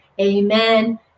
Amen